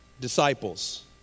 disciples